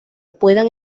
puedan